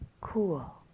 cool